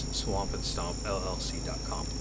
swampandstompllc.com